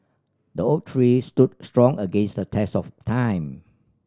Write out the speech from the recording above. the oak tree stood strong against the test of time